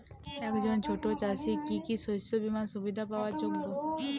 একজন ছোট চাষি কি কি শস্য বিমার সুবিধা পাওয়ার যোগ্য?